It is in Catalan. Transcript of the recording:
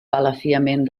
balafiament